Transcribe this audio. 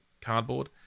cardboard